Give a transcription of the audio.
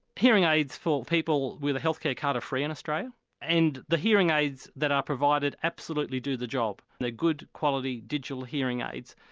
hearing aids for people with a health care card are free in australia and the hearing aids that are provided absolutely do the job, they're good quality digital hearing aids.